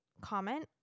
comment